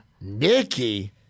Nikki